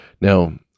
now